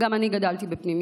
גם אני גדלתי בפנימייה.